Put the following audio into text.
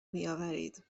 بیاورید